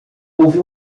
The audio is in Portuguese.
houve